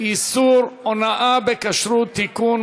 איסור הונאה בכשרות (תיקון,